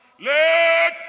let